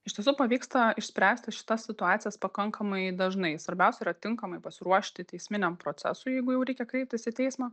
iš tiesų pavyksta išspręsti šitas situacijas pakankamai dažnai svarbiausia yra tinkamai pasiruošti teisminiam procesui jeigu jau reikia kreiptis į teismą